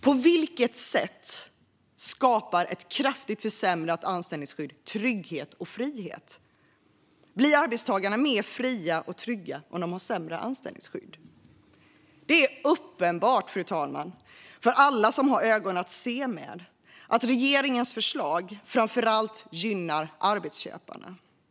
På vilket sätt skapar ett kraftigt försämrat anställningsskydd trygghet och frihet? Blir arbetstagarna mer fria och trygga om de har sämre anställningsskydd? Det är uppenbart, fru talman, för alla som har ögon att se med att regeringens förslag framför allt gynnar arbetsköparna.